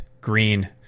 Green